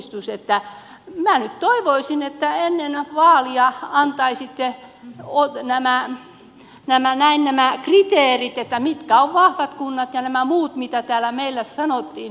minä nyt toivoisin että ennen vaaleja antaisitte nämä kriteerit mitkä ovat vahvat kunnat ja nämä muut mitä täällä meille sanottiin